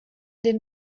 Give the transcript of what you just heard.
den